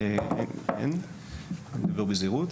אין, אני אומר בזהירות.